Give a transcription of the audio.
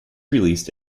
released